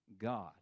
God